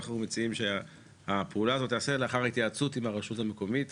אנחנו מציעים שהפעולה הזאת תיעשה לאחר התייעצות עם הרשות המקומית.